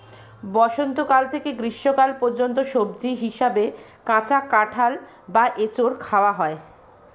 বসন্তকাল থেকে গ্রীষ্মকাল পর্যন্ত সবজি হিসাবে কাঁচা কাঁঠাল বা এঁচোড় খাওয়া হয়